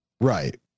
Right